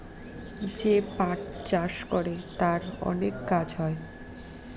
যে পাট চাষ করে তার অনেক কাজ হয়